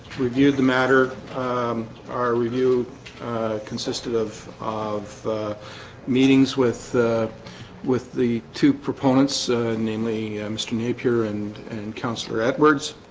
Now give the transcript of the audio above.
reviewed the matter our review consisted of of meetings with with the two proponents namely, mr. napier and and councillor edwards